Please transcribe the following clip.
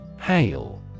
Hail